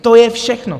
To je všechno.